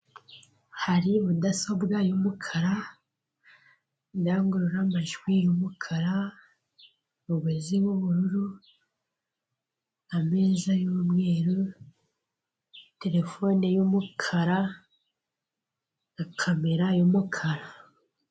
Hari mudasobwa y'umukara, indangururamajwi y'umukara umugozi w'ubururu ameza y'umweru, terefone y'umukara na kamera y'umukara.